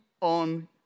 on